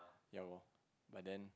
ya lor but then